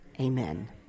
Amen